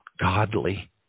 godly